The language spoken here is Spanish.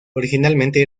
originalmente